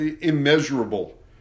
immeasurable